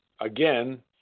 again